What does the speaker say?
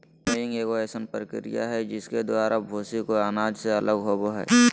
winnowing एगो अइसन प्रक्रिया हइ जिसके द्वारा भूसी को अनाज से अलग होबो हइ